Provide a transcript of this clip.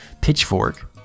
pitchfork